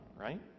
right